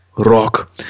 Rock